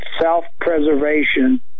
self-preservation